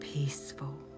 Peaceful